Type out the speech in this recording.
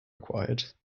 acquired